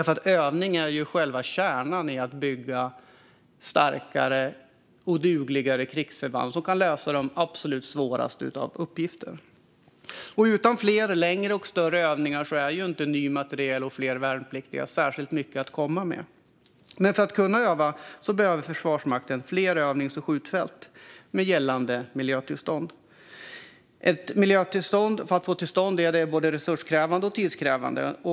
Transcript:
Övning är nämligen själva kärnan i att bygga starkare och dugligare krigsförband som kan lösa de absolut svåraste av uppgifter. Utan fler, längre och större övningar är ny materiel och fler värnpliktiga inte särskilt mycket att komma med. För att kunna öva behöver dock Försvarsmakten fler övnings och skjutfält med gällande miljötillstånd. Att få till stånd ett miljötillstånd är både resurskrävande och tidskrävande.